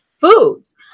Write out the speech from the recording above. foods